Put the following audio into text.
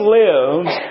lives